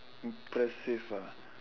impressive ah